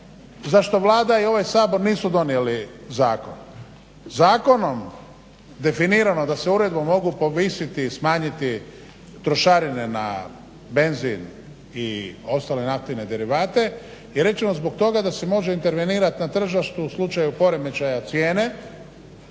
za što Vlada i ovaj Sabor nisu donijeli zakon. zakonom definirano da se uredbom mogu povisiti i smanjiti trošarine na benzin i ostale naftne derivate je rečeno zbog toga da se može intervenirati na tržištu u slučaju poremećaja cijene,